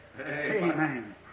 Amen